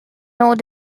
not